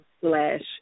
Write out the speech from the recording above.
slash